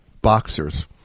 boxers